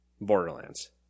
Borderlands